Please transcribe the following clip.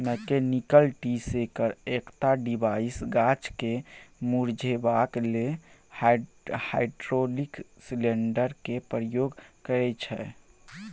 mechanical tree shaker एकटा device गाछ केँ मुरझेबाक लेल हाइड्रोलिक सिलेंडर केर प्रयोग करय छै